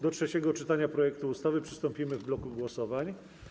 Do trzeciego czytania projektu ustawy przystąpimy w bloku głosowań.